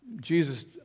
Jesus